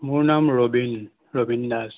মোৰ নাম ৰবীন ৰবীন দাস